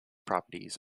properties